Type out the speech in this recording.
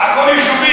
העיקר לעקור יישובים.